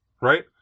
right